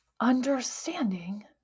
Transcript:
understanding